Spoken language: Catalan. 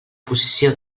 posició